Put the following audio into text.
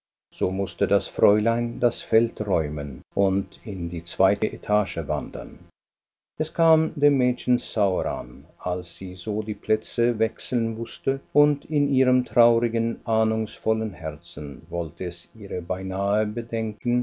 so mußte das fräulein das feld räumen und in die zweite etage wandern es kam dem mädchen sauer an als sie so die plätze wechseln wußte und in ihrem traurigen ahnungsvollen herzen wollte es ihr beinahe bedünken